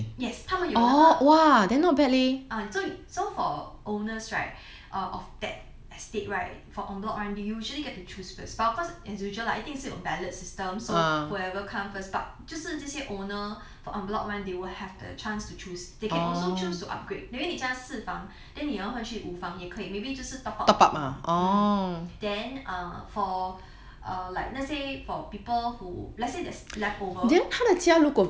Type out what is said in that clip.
yes 他们有那个啊所以 so for owners right of that estate right for en bloc [one] they usually get to choose first but of course as usual lah 一定是有 ballot systems or whoever come first but 就是这些 owner for en bloc [one] they will have the chance to choose they can also choose to upgrade 因为你现在四房 then 你要换去五房也可以 maybe 就是 top up a bit lor then err for err like let's say for people who let's say there's leftover